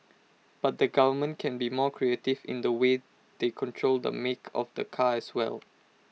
but the government can be more creative in the way they control the make of the car as well